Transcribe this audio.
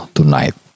Tonight